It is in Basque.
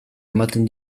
ematen